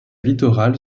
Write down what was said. littoral